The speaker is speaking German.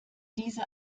diese